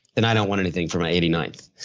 then i don't want anything for my eighty ninth.